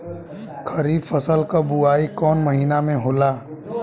खरीफ फसल क बुवाई कौन महीना में होला?